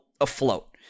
afloat